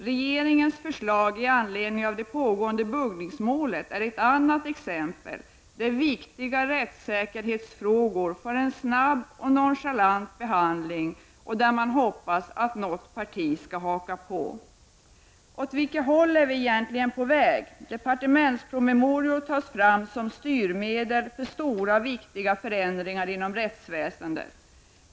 Regeringens förslag i anledning av det pågående buggningsmålet är ett annat exempel där viktiga rättssäkerhetsfrågor får en snabb och nonchalant behandling. Man hoppas att något parti skall haka på. Åt vilket håll är vi egentligen på väg? Departementspromemorior tas fram som styrmedel för stora, viktiga förändringar inom rättsväsendet.